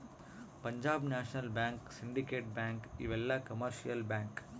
Punjab National Bank Syndicate Bank ಇವೆಲ್ಲ commercial bank